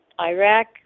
Iraq